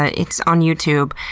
ah it's on youtube.